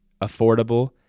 affordable